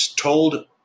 told